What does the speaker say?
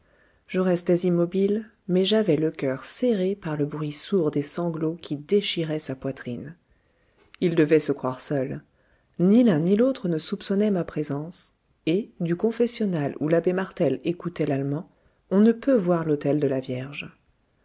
je restais immobile mais j'avais le coeur serré par le bruit sourd des sanglots qui déchiraient sa poitrine ils devaient se croire seuls ni l'un ni l'autre ne soupçonnait ma présence et du confessionnal où l'abbé martel écoutait l'allemand on ne peut voir l'autel de la vierge